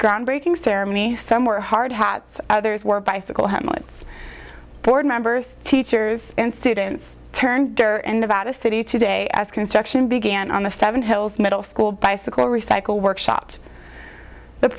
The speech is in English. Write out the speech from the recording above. groundbreaking ceremony somewhere hardhat others were bicycle him on board members teachers and students turned and about a city today as construction began on the seven hills middle school bicycle recycle workshopped the